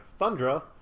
Thundra